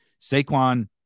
Saquon